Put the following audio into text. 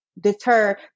deter